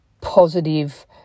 positive